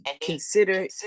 consider